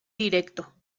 directo